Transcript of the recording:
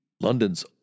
London's